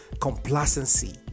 Complacency